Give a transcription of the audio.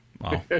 Wow